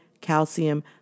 calcium